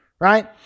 right